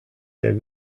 der